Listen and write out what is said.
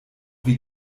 wie